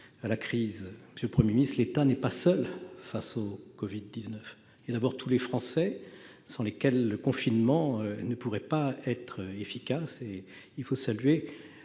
à la crise. Monsieur le Premier ministre, l'État n'est pas seul face au Covid-19. Tout d'abord, il y a tous les Français, sans lesquels le confinement ne pourrait être efficace- il faut d'ailleurs